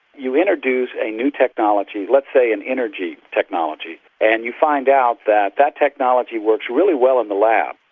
you introduce a new technology, let's say an energy technology, and you find out that that technology works really well in the lab,